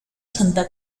santa